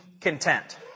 content